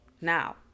now